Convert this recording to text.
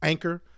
Anchor